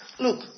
look